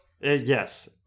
yes